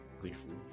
grateful